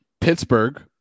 Pittsburgh